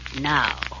now